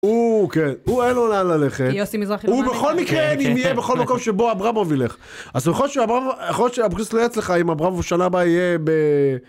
הוא כן, הוא אין לו לאן ללכת. יוסי מזרחי למעלה. הוא בכל מקרה, אם יהיה בכל מקום שבו אברהמוב לך. אז יכול להיות שאבריסט רואה אצלך עם אברהמוב שנה הבאה יהיה ב...